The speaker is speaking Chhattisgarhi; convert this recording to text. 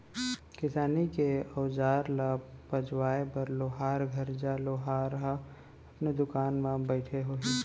किसानी के अउजार ल पजवाए बर लोहार घर जा, लोहार ह अपने दुकान म बइठे होही